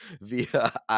via